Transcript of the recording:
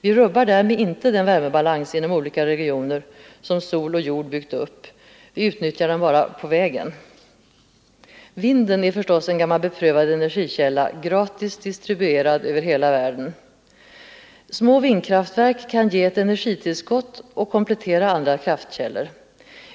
Vi rubbar därmed inte den värmebalans inom olika regioner som sol och jord byggt upp. Vi utnyttjar den bara på vägen. Vinden är förstås en gammal beprövad energikälla, gratis distribuerad över hela världen. Små vindkraftverk kan ge ett energitillskott och komplettera andra kraftkällor.